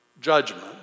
judgment